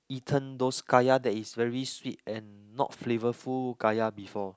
eaten those kaya that is very sweet and not flavourful kaya before